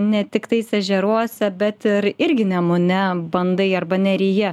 ne tiktais ežeruose bet ir irgi nemune bandai arba neryje